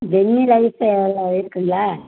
jelly ice எல்லாம் இருக்குதுங்களா